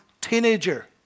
teenager